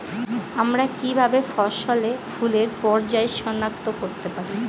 আমরা কিভাবে ফসলে ফুলের পর্যায় সনাক্ত করতে পারি?